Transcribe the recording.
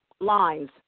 lines